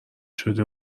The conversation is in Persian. شده